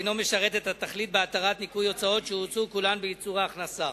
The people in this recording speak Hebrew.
אינו משרת את התכלית בהתרת ניכוי הוצאות שהוצאו כולן בייצור הכנסה.